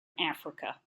africa